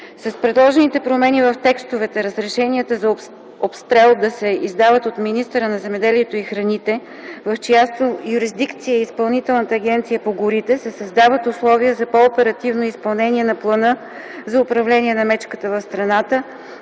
С предложените промени в текстовете, разрешенията за обстрел да се издават от министъра на земеделието и храните в чиято юрисдикция е Изпълнителната агенция по горите се създават условия за по оперативно изпълнение на плана за управление на мечката в страната,